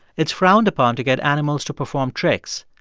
it's frowned upon to get animals to perform tricks.